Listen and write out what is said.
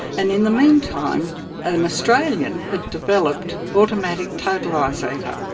and in the meantime an australian had developed automatic totalisator,